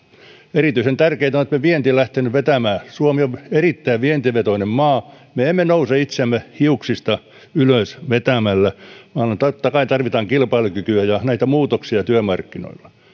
erityisen tärkeätä on että meidän vientimme on lähtenyt vetämään suomi on erittäin vientivetoinen maa me emme nouse itseämme hiuksista ylös vetämällä vaan totta kai tarvitaan kilpailukykyä ja näitä muutoksia työmarkkinoilla